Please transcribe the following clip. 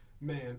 man